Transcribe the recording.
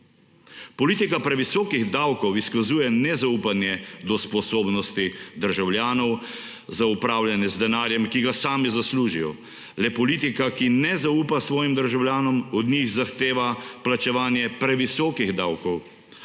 Politika previsokih davkov izkazuje nezaupanje do sposobnosti državljanov za upravljanje z denarjem, ki ga sami zaslužijo. Le politika, ki ne zaupa svojim državljanom, od njih zahteva plačevanje previsokih davkov,